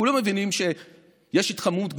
כולם מבינים שיש התחממות גלובלית,